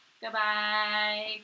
Goodbye